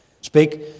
Speak